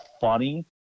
funny